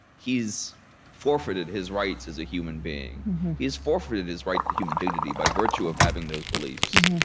he's forfeited his rights as a human being he's forfeited his right to human dignity by virtue of having those beliefs